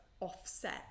offset